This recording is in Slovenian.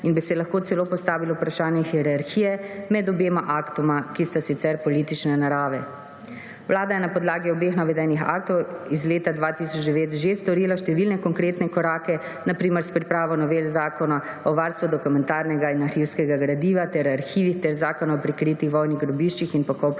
in bi se lahko celo postavilo vprašanje hierarhije med obema aktoma, ki sta sicer politične narave. Vlada je na podlagi obeh navedenih aktov iz leta 2009 že storila številne konkretne korake, na primer s pripravo novel Zakona o varstvu dokumentarnega in arhivskega gradiva ter arhivih in Zakona o prikritih vojnih grobiščih in pokopu